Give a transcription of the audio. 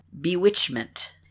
bewitchment